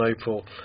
April